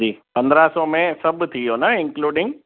जी पंद्रहं सौ में सभु थी वियो न इंक्लूडिंग